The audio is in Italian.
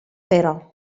però